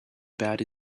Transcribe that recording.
about